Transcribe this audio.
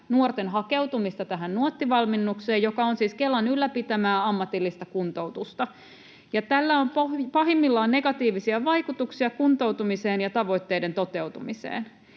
nuorten hakeutumista tähän Nuotti-valmennukseen, joka on siis Kelan ylläpitämää ammatillista kuntoutusta. Tällä on pahimmillaan negatiivisia vaikutuksia kuntoutumiseen ja tavoitteiden toteutumiseen.